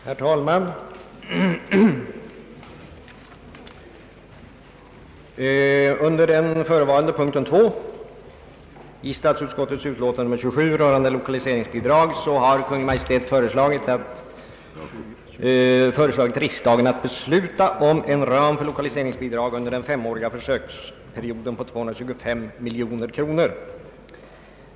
Herr talman! Under den förevarande punkten 2 i statsutskottets utlåtande nr 27 rörande = lokaliseringsbidrag har Kungl. Maj:t föreslagit att riksdagen skall besluta att ramen för lokaliseringsbidrag under den femåriga försöksperioden vidgas till 225 miljoner kronor.